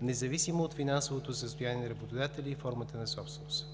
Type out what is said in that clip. независимо от финансовото състояние на работодателя и формата на собственост.